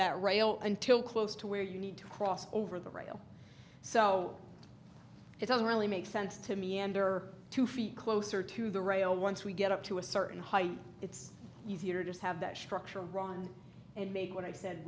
that rail until close to where you need to cross over the rail so it doesn't really make sense to me and are two feet closer to the rail once we get up to a certain height it's easier to have that structure wrong and made what i said